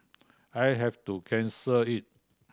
I have to cancel it